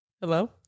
Hello